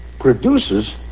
produces